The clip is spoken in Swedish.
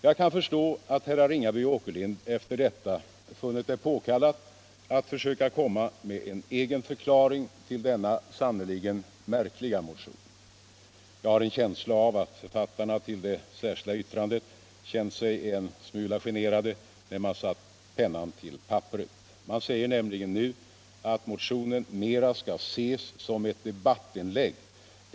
Jag kan förstå att herrar Ringaby och Åkerlind efter detta funnit det påkallat att försöka komma med en egen förklaring till denna sannerligen märkliga motion. Jag har en känsla av att författarna till det särskilda yttrandet känt sig en smula generade när de satt pennan till papperet. Man säger nämligen nu att motionen mera skall ses som ett debawuinlägg.